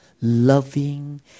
loving